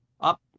up